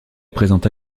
présenta